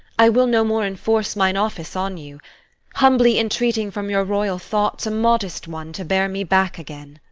i will no more enforce mine office on you humbly entreating from your royal thoughts a modest one to bear me back again.